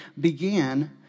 began